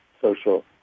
social